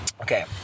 Okay